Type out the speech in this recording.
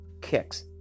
kicks